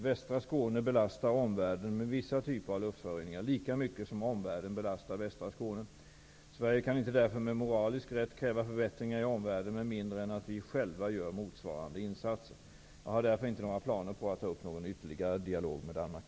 Västra Skåne belastar omvärlden med vissa typer av luftföroreningar lika mycket som omvärlden belastar västra Skåne. Sverige kan inte därför med moralisk rätt kräva förbättringar i omvärlden med mindre än att vi själva gör motsvarande insatser. Jag har därför inte några planer på att ta upp någon ytterligare dialog med Danmark.